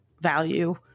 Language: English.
value